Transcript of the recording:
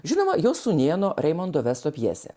žinoma jos sūnėno reimondo vesto pjesė